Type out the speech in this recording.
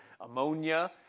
ammonia